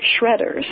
shredders